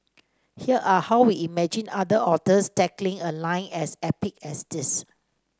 here are how we imagined other authors tackling a line as epic as this